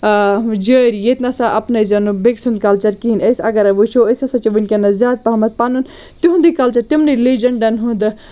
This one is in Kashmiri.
جٲری ییٚتہِ نہ سا اپنٲیزیو نہٕ بیٚکہِ سُنٛد کَلچَر کِہیٖنۍ أسۍ اگرَے وٕچھو أسۍ ہسا چھِ وٕنۍکٮ۪نَس زیادٕ پہمتھ پَنُن تِہُنٛدُے کَلچَر تِمنٕے لیجَنٛٹَن ہُند